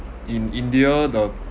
in india the